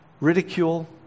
ridicule